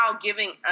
giving